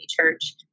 Church